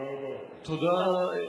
תודה רבה.